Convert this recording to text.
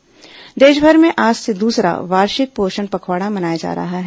पोषण पखवाडा देशभर में आज से दूसरा वार्षिक पोषण पखवाड़ा मनाया जा रहा है